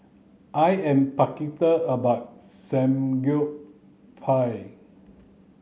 I am about